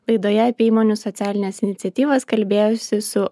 laidoje apie įmonių socialines iniciatyvas kalbėjausi su